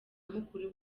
mukuru